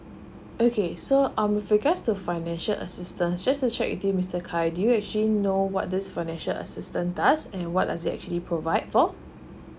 okay so um with regards to financial assistance just to check with you mister khaleel do you actually know what this financial assistance does and what does it actually provide for